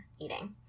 eating